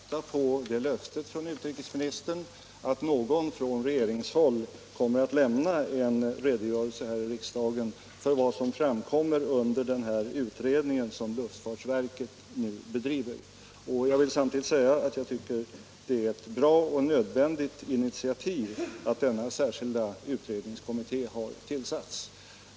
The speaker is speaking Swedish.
Herr talman! Jag tar fasta på löftet från utrikesministern att någon från regeringshåll kommer att lämna en redogörelse här i riksdagen för vad som framkommer under den utredning som luftfartsverket nu bedriver. Jag vill samtidigt säga att det är ett bra och nödvändigt initiativ att denna särskilda utredningskommitté har tillsatts.